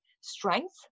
strength